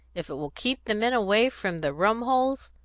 if it will keep the men away from the rum-holes.